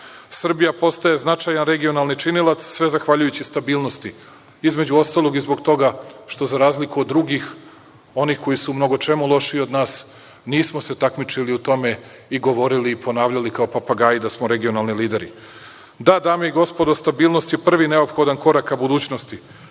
Srbija postaje značajan regionalni činilac, sve zahvaljujući stabilnosti, između ostalog i zbog toga što za razliku od drugih, onih koji su u mnogo čemu lošiji od nas nismo se takmičili u tome i govorili i ponavljali kao papagaji da smo regionalni lideri. Da, dame i gospodo, stabilnost je prvi neophodan korak ka budućnosti.